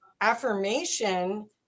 affirmation